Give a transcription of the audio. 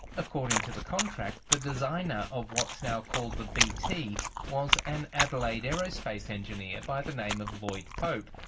according to the contract, the designer of what's now called the bt was an adelaide aerospace engineer by the name of lloyd pope,